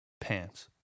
pants